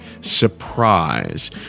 Surprise